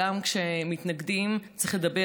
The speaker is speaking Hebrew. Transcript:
גם כשמתנגדים צריך לדבר,